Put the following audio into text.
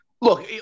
Look